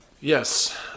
yes